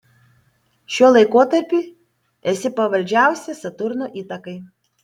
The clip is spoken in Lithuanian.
šiuo laikotarpiu esi pavaldžiausia saturno įtakai